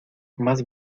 más